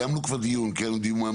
קיימנו כבר דיון מעמיק,